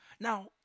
Now